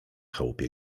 chałupie